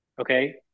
okay